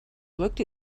looked